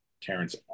Terrence